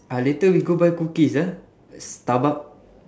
ah later we go buy cookies ah starbucks